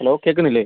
hello കേൾക്കുന്നില്ലേ